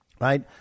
right